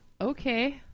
Okay